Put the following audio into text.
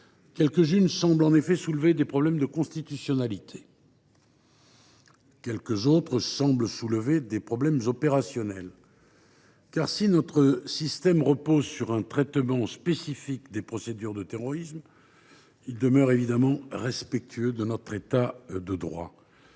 quelques unes semblent soulever des problèmes de constitutionnalité ; quelques autres, des problèmes opérationnels. En effet, si notre système repose sur un traitement spécifique des procédures en matière de terrorisme, il demeure évidemment respectueux de notre État de droit.